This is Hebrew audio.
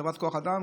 חברת כוח אדם,